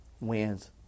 wins